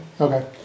Okay